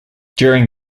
during